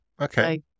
Okay